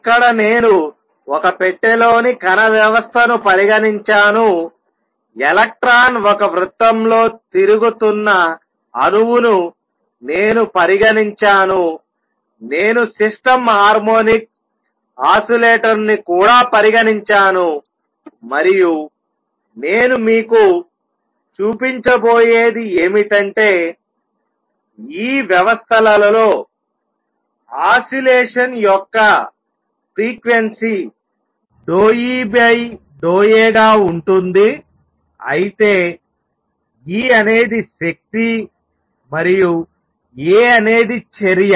ఇక్కడ నేను ఒక పెట్టెలోని కణ వ్యవస్థను పరిగణించాను ఎలక్ట్రాన్ ఒక వృత్తంలో తిరుగుతున్న అణువును నేను పరిగణించాను నేను సిస్టమ్ హార్మోనిక్ ఆసిలేటర్ను కూడా పరిగణించాను మరియు నేను మీకు చూపించబోయేది ఏమిటంటే ఈ వ్యవస్థలలో ఆసిలేషన్ యొక్క ఫ్రీక్వెన్సీ ∂E∂A గా ఉంటుంది అయితే E అనేది శక్తి మరియు A అనేది చర్య